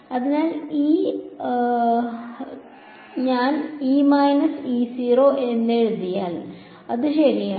അതിനാൽ ഞാൻ എഴുതിയത് ശരിയാണ്